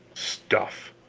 stuff!